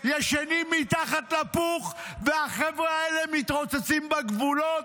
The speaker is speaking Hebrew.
ישנים מתחת לפוך, החבר'ה האלה מתרוצצים בגבולות,